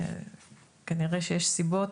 כנראה שיש סיבות,